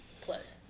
Plus